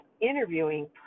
interviewing